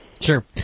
Sure